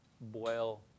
boil